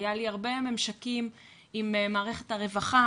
היו לי הרבה ממשקים עם מערכת הרווחה,